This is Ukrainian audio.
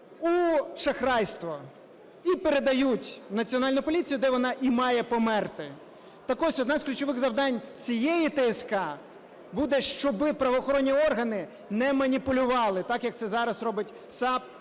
у шахрайство і передають в Національну поліцію, де вона і має "померти"… Так ось, одне з ключових завдань цієї ТСК буде, щоб правоохоронні органи не маніпулювали так, як це зараз робить САП